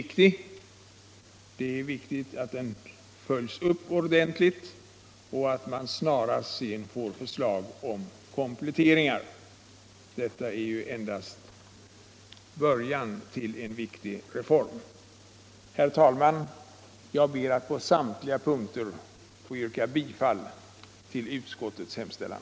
Det är emellertid viktigt att den följs upp ordentligt med förslag till definitiv lösning av vårdfrågorna. Dagens beslut är endast början till en mycket viktig reform. Herr talman! Jag ber att på samtliga punkter få yrka bifall till utskottets hemställan.